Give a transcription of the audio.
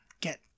get